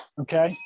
okay